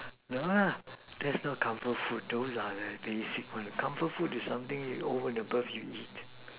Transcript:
ya lah that's not comfort food those are the basic one comfort food is something you over the birth you eat